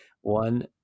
one